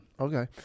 Okay